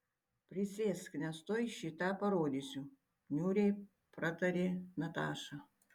prisėsk nes tuoj šį tą parodysiu niūriai pratarė nataša